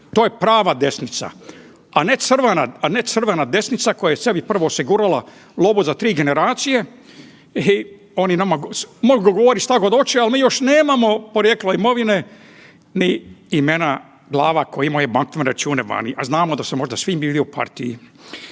to je prava desnica, a ne crvena desnica koja sebi prvo osigurala lovu za tri generacije i oni mogu nama govoriti što god hoće, ali mi još nemamo porijeklo imovine ni imena glava koje imaju bankovne račune vani, a znamo da su možda svi bili u partiji.